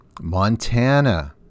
montana